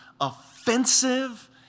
offensive